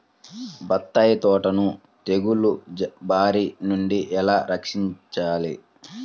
బత్తాయి తోటను తెగులు బారి నుండి ఎలా రక్షించాలి?